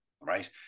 right